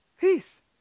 Peace